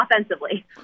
offensively